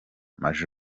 maj